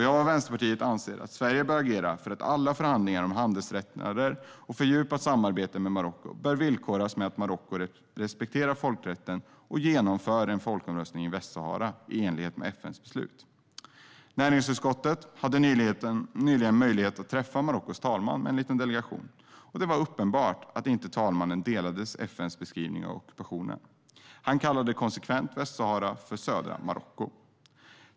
Jag och Vänsterpartiet anser att Sverige bör agera för att alla förhandlingar om handelslättnader och fördjupat samarbete med Marocko bör villkoras med att Marocko respekterar folkrätten och genomför en folkomröstning i Västsahara i enlighet med FN:s beslut. Näringsutskottet hade nyligen möjligheten att träffa Marockos talman med en liten delegation. Det var uppenbart att talmannen inte delade FN:s beskrivning av ockupationen. Han kallade konsekvent Västsahara för södra Marocko.